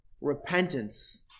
repentance